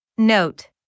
Note